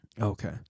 Okay